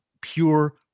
pure